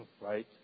Right